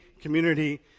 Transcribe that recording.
community